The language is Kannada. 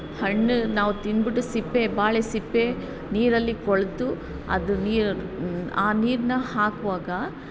ಹಣ್ಣು ನಾವು ತಿಂದುಬಿಟ್ಟು ಸಿಪ್ಪೆ ಬಾಳೆ ಸಿಪ್ಪೆ ನೀರಲ್ಲಿ ಕೊಳೆತು ಅದು ಆ ನೀರನ್ನು ಹಾಕುವಾಗ